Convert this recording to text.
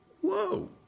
Whoa